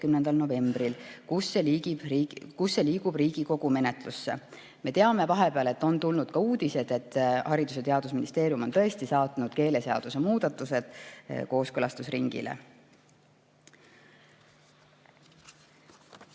novembril, kust see liigub Riigikogu menetlusse. Me teame, et vahepeal on tulnud uudis, et Haridus- ja Teadusministeerium on tõesti saatnud keeleseaduse muudatused kooskõlastusringile. Heidy